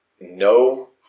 no